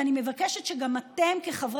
ואני מבקשת שגם אתם תכבדו,